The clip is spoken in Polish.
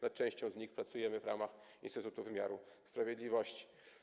Nad częścią z nich pracujemy w ramach Instytutu Wymiaru Sprawiedliwości.